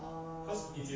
orh